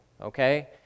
Okay